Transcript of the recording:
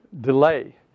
delay